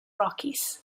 rockies